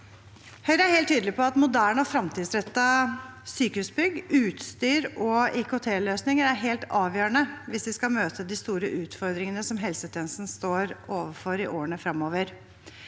Høyre er helt tydelig på at moderne og samfunnsrettede sykehusbygg, utstyr og IKT-løsninger er helt avgjørende hvis vi skal møte de store utfordringene som helsetjenesten står overfor i årene fremover.